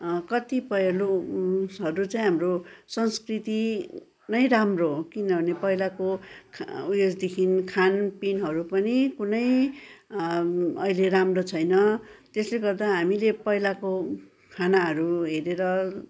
कतिपय लु उसहरू चाहिँ हाम्रो संस्कृति नै राम्रो हो किनभने पहिलाको खा उयसदेखि खानपिनहरू पनि कुनै अहिले राम्रो छैन त्यसले गर्दा हामीले पहिलाको खानाहरू हेरेर